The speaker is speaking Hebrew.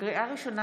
לקריאה ראשונה,